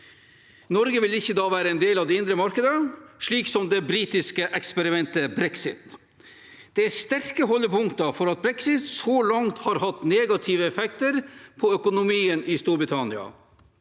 Norge vil ikke da være en del av det indre markedet, på samme måte som det britiske eksperimentet brexit. Det er sterke holdepunkter for at brexit så langt har hatt negative effekter på økonomien i Storbritannia.